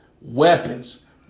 weapons